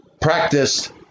practiced